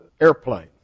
airplane